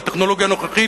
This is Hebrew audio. בטכנולוגיה הנוכחית,